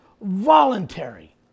Voluntary